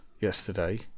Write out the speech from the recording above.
yesterday